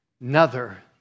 nother